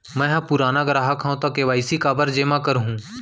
मैं ह पुराना ग्राहक हव त के.वाई.सी काबर जेमा करहुं?